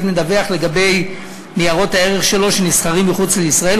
מדווח לגבי ניירות הערך שלו שנסחרים מחוץ לישראל,